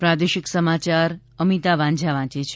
પ્રાદેશિક સમાયાર અમિતા વાંઝા વાંચે છે